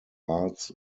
arts